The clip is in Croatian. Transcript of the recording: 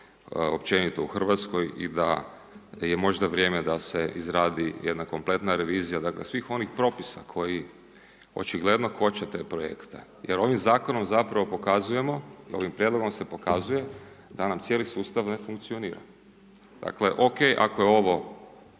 općenito u Hrvatskoj i a je možda vrijeme da se izradi jedna kompletna revizija dakle svih onih propisa koji očigledno koče te projekte jer ovim zakonom zapravo pokazujemo, ovim prijedlog se pokazuje da nam cijeli sustav ne funkcionira. Dakle, OK ako je ovo,